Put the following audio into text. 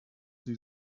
sie